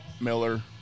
Miller